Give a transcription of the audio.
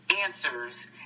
answers